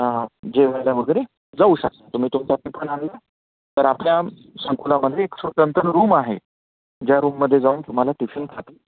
हां जेवायला वगैरे जाऊ शकता तुम्ही तुमच्या टिफन आणला तर आपल्या संकुलामध्ये एक स्वतंत्र रूम आहे ज्या रूममध्ये जाऊन तुम्हाला टिफीन खाता